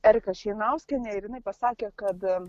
erika šeinauskienė ir jinai pasakė kad